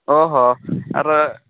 ᱚᱼᱦᱚ ᱟᱨ